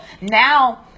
now